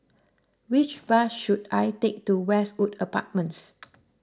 which bus should I take to Westwood Apartments